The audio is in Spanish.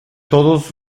todos